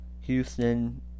Houston